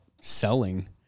selling